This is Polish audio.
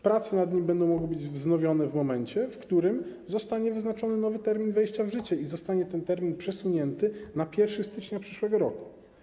Prace nad nim będą mogły być wznowione w momencie, w którym zostanie wyznaczony nowy termin wejścia w życie, a zostanie on przesunięty na 1 stycznia przyszłego roku.